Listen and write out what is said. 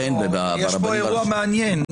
יש פה אירוע מעניין.